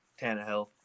Tannehill